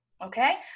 Okay